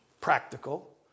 practical